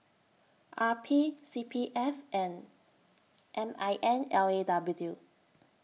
R P C P F and M I N L A W